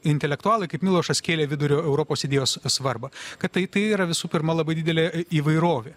intelektualai kaip milošas kėlė vidurio europos idėjos svarbą kad tai tai yra visų pirma labai didelė įvairovė